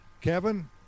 Kevin